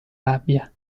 rabbia